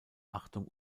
achtung